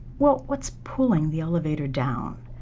well, what's pulling the elevator down?